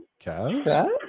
Cavs